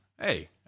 hey